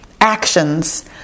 actions